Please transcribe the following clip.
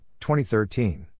2013